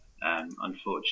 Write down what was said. unfortunately